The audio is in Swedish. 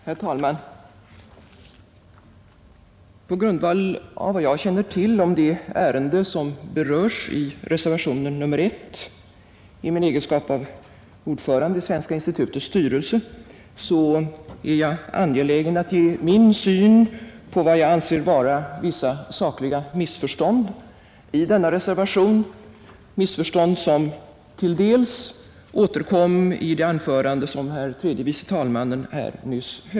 Herr talman! På grundval av vad jag i min egenskap av ordförande i Svenska institutets styrelse känner till om det ärende som berörs i reservationen 1 är jag angelägen om att ge min syn på vad jag anser vara vissa sakliga missförstånd i denna reservation, missförstånd som till dels återkom i det anförande som herr tredje vice talmannen nyss höll.